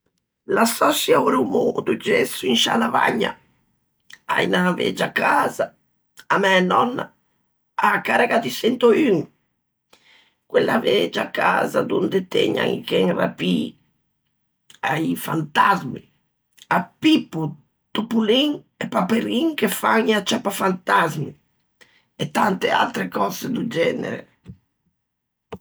L'assoçio a-o rumô do gesso in sciâ lavagna, à unna vegia casa, à mæ nònna, a-a carrega di çentoun, quella vegia casa donde tëgnan i chen rapii, a-i fantasmi, à Pippo, Topolin e Paperin che fan i acciappafantasmi e tante atre cöse fo genere,